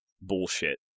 bullshit